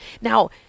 now